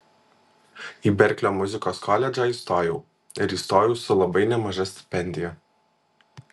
į berklio muzikos koledžą įstojau ir įstojau su labai nemaža stipendija